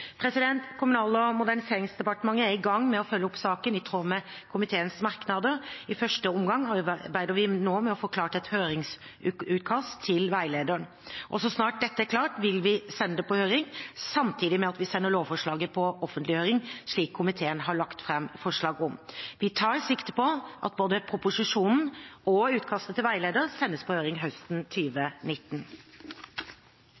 Kommunal- og moderniseringsdepartementet er i gang med å følge opp saken, i tråd med komiteens merknader. I første omgang arbeider vi nå med å få klart et høringsutkast til veilederen. Så snart dette er klart, vil vi sende det på høring, samtidig med at vi sender lovforslaget på offentlig høring, slik komiteen har lagt fram forslag om. Vi tar sikte på at både proposisjonen og utkastet til veileder sendes på høring høsten